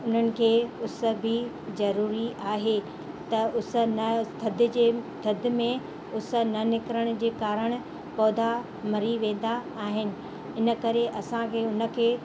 उन्हनि खे उस बि जरुरी आहे त उस न थदि जे थदि में उस न निकिरण जे कारण पौधा मरी वेंदा आहिनि इन करे असांखे उनखे